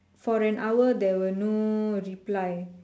for an hour there were no reply